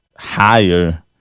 Higher